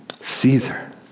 Caesar